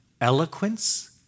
Eloquence